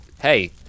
Hey